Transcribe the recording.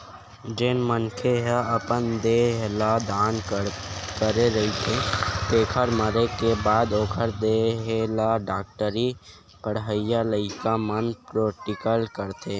जेन मनखे ह अपन देह ल दान करे रहिथे तेखर मरे के बाद ओखर देहे ल डॉक्टरी पड़हइया लइका मन प्रेक्टिकल करथे